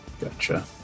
gotcha